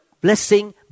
blessing